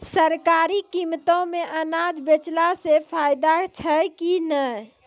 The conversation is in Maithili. सरकारी कीमतों मे अनाज बेचला से फायदा छै कि नैय?